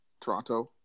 Toronto